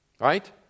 Right